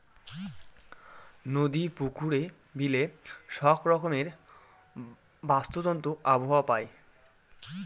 নদী, পুকুরে, বিলে সব রকমের বাস্তুতন্ত্র আবহাওয়া পায়